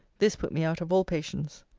this put me out of all patience.